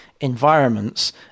environments